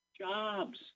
jobs